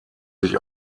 sich